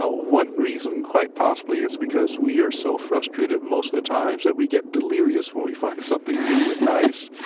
ah one reason, quite possibly, is because we are so frustrated most of the times that we get delirious when we find something new and nice.